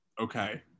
Okay